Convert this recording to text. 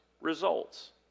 results